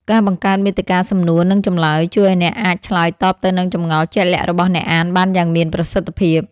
ការបង្កើតមាតិកាសំណួរនិងចម្លើយ ជួយឱ្យអ្នកអាចឆ្លើយតបទៅនឹងចម្ងល់ជាក់លាក់របស់អ្នកអានបានយ៉ាងមានប្រសិទ្ធភាព។